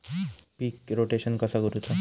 पीक rotation कसा करूचा?